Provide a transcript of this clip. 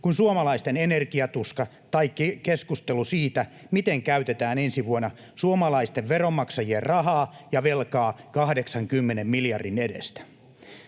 kuin suomalaisten energiatuska tai keskustelu siitä, miten käytetään ensi vuonna suomalaisten veronmaksajien rahaa ja velkaa 80 miljardin edestä.